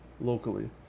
locally